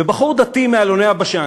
ובחור דתי מאלוני-הבשן,